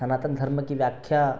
सनातन धर्म की व्याख्या